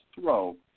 throw